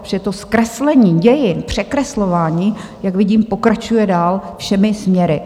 Že to zkreslení dějin, překreslování, jak vidím, pokračuje dál všemi směry.